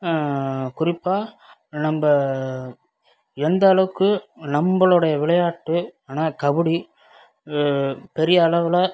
குறிப்பாக நம்ப எந்த அளவுக்கு நம்பளுடைய விளையாட்டு ஆன கபடி பெரிய அளவில்